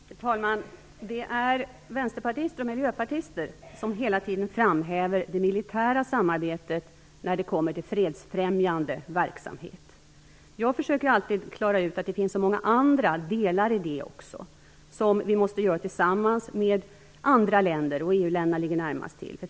Fru talman! Det är vänsterpartister och miljöpartister som hela tiden framhäver det militära samarbetet när det kommer till fredsfrämjande verksamhet. Jag försöker alltid klara ut att det också finns så många andra delar i det som vi måste göra tillsammans med andra länder. EU-länderna ligger då närmast till.